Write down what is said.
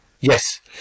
Yes